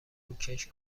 روکش